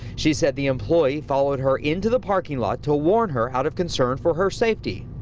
she said the employee followed her into the parking lot to warn her out of concern for her safety.